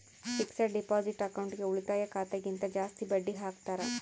fixed deposit ಅಕೌಂಟ್ಗೆ ಉಳಿತಾಯ ಖಾತೆ ಗಿಂತ ಜಾಸ್ತಿ ಬಡ್ಡಿ ಹಾಕ್ತಾರ